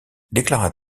déclara